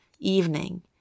evening